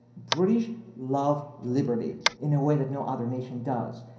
british love liberty in a way that no other nation does.